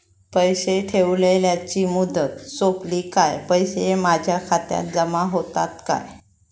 पैसे ठेवल्याची मुदत सोपली काय पैसे माझ्या खात्यात जमा होतात काय?